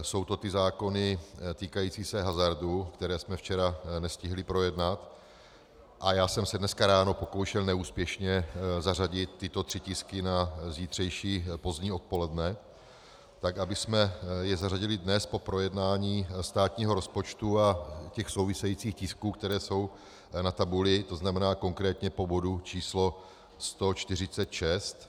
Jsou to ty zákony týkající se hazardu, které jsme včera nestihli projednat, a já jsem se dneska ráno pokoušel neúspěšně zařadit tyto tři tisky na zítřejší pozdní odpoledne, tak abychom je zařadili dnes po projednání státního rozpočtu a těch souvisejících tisků, které jsou na tabuli, to znamená konkrétně po bodu číslo 146.